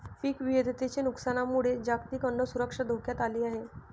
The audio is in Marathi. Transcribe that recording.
पीक विविधतेच्या नुकसानामुळे जागतिक अन्न सुरक्षा धोक्यात आली आहे